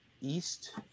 east